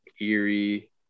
eerie